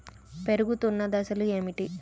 పెరుగుతున్న దశలు ఏమిటి?